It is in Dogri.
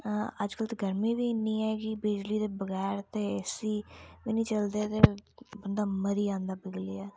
अज्जकल ते गर्मी बी इन्नी ऐ कि बिजली दे बगैर ते ए सी बी नेईं चलदे ते बंदा मरी जंदा पिघलियै